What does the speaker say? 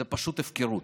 זו פשוט הפקרות.